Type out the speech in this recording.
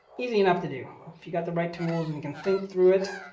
easy enough to do if you got the right tools and you can think through it.